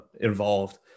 involved